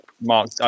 Mark